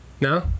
No